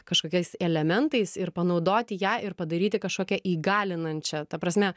kažkokiais elementais ir panaudoti ją ir padaryti kažkokią įgalinančią ta prasme